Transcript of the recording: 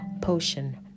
potion